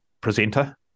presenter